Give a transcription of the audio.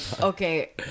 okay